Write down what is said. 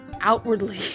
outwardly